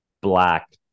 black